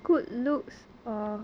good looks